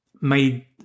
made